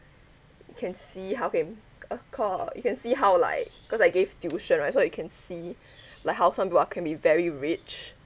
you can see how can of course you can see how like cause I gave tuition right so you can see like how some people uh can be very rich